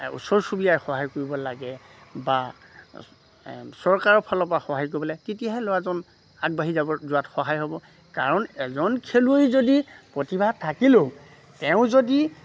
ওচৰ চুবুৰীয়াই সহায় কৰিব লাগে বা চৰকাৰৰ ফালৰ পৰা সহায় কৰিব লাগে তেতিয়াহে ল'ৰাজন আগবাঢ়ি যাব যোৱাত সহায় হ'ব কাৰণ এজন খেলুৱৈ যদি প্ৰতিভা থাকিলেও তেওঁ যদি